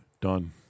Done